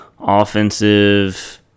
Offensive